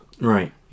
Right